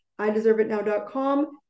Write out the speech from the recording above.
Ideserveitnow.com